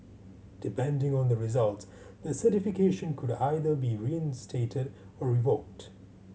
depending on the results the certification could either be reinstated or revoked